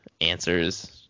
answers